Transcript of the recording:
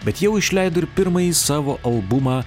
bet jau išleido ir pirmąjį savo albumą